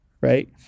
Right